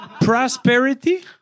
Prosperity